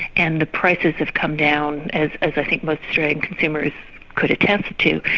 and the prices have come down as i think most australian consumers could attest to,